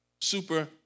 Super